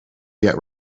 yet